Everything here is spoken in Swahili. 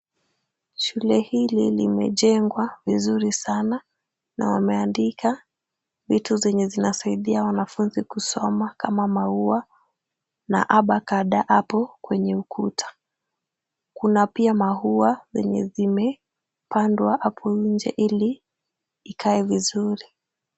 Shule hili limejengwa vizuri sana na wameandika vitu zenye zinasaidia wanafunzi kusoma kama maua na a,b, c,d hapo kwenye ukuta. Kuna pia maua zenye zimepandwa hapo nje ili ikae vizuri.